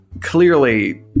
clearly